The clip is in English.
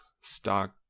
stock